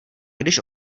když